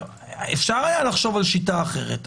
אפשר היה לחשוב על שיטה אחרת,